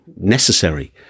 necessary